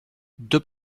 deux